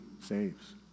saves